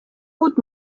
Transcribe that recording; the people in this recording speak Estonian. uut